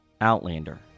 Outlander